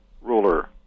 ruler